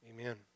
amen